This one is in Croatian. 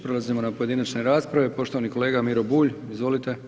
Prelazimo na pojedinačne rasprave, poštovani kolega Miro Bulj, izvolite.